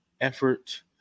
effort